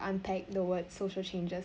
unpack the word social changes